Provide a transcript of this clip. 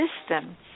system